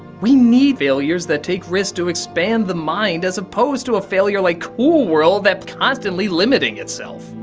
we need failures that take risks to expand the mind as opposed to a failure like cool world that's constantly limiting itself.